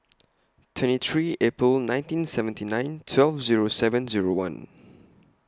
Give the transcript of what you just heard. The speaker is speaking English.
twenty three April nineteen seventy nine twelve Zero seven Zero one